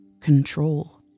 Control